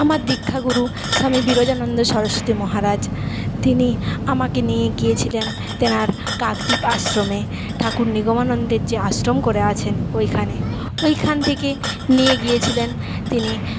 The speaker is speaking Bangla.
আমার দীক্ষাগুরু স্বামী বিরজানন্দ সরস্বতী মহারাজ তিনি আমাকে নিয়ে গিয়েছিলেন তেনার কাকদ্বীপ আশ্রমে ঠাকুর নিগমানন্দের যে আশ্রম করে আছেন ওইখানে ওইখান থেকে নিয়ে গিয়েছিলেন তিনি